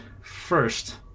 first